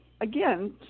again